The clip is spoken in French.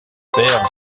père